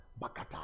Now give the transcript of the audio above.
bakata